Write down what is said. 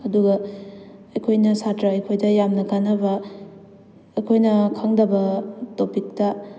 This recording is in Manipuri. ꯑꯗꯨꯒ ꯑꯩꯈꯣꯏꯅ ꯁꯥꯇ꯭ꯔ ꯑꯩꯈꯣꯏꯗ ꯌꯥꯝꯅ ꯀꯥꯟꯅꯕ ꯑꯩꯈꯣꯏꯅ ꯈꯪꯗꯕ ꯇꯣꯄꯤꯛꯇ